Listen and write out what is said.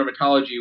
dermatology